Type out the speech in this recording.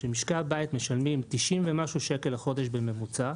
שמשקי הבית משלמים 90 ומשהו שקל לחודש בממוצע,